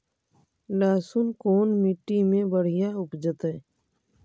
लहसुन कोन मट्टी मे बढ़िया उपजतै?